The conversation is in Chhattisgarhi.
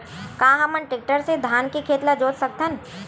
का हमन टेक्टर से धान के खेत ल जोत सकथन?